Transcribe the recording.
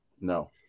no